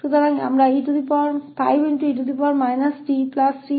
तो हम 5e t 2e4t प्राप्त करेंगे